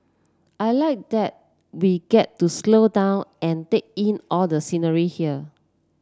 I like that we get to slow down and take in all the scenery here